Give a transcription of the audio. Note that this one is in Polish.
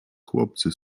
chłopcy